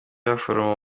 abaforomo